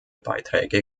beiträge